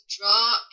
draw